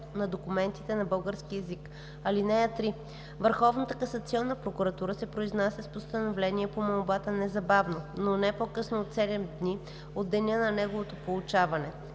на документите на български език. (3) Върховната касационна прокуратура се произнася с постановление по молбата незабавно, но не по-късно от 7 дни от деня на неговото получаване.